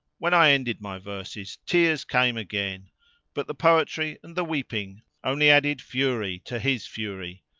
when i ended my verses tears came again but the poetry and the weeping only added fury to his fury,